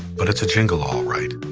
but it's a jingle all right.